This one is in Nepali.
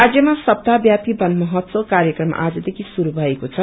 राजयमा सप्ताह व्यापी वन महोत्सव कार्यक्रम आजदेखि शुरू भएको छ